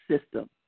system